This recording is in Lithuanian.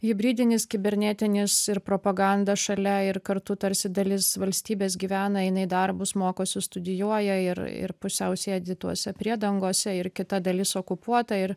hibridinis kibernetinis ir propaganda šalia ir kartu tarsi dalis valstybės gyvena eina į darbus mokosi studijuoja ir ir pusiau sėdi tose priedangose ir kita dalis okupuota ir